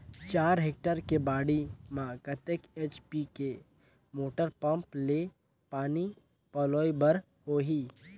चार हेक्टेयर के बाड़ी म कतेक एच.पी के मोटर पम्म ले पानी पलोय बर होही?